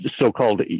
so-called